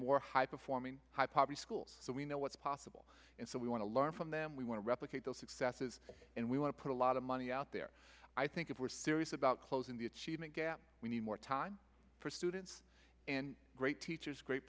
more high performing high poverty schools so we know what's possible and so we want to learn from them we want to replicate those successes and we want to put a lot of money out there i think if we're serious about closing the achievement gap we need more time for students and great teachers great